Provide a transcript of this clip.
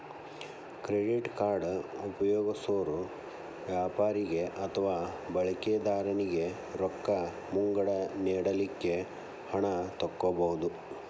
credit card ಉಪಯೊಗ್ಸೊರು ವ್ಯಾಪಾರಿಗೆ ಅಥವಾ ಬಳಕಿದಾರನಿಗೆ ರೊಕ್ಕ ಮುಂಗಡ ನೇಡಲಿಕ್ಕೆ ಹಣ ತಕ್ಕೊಬಹುದು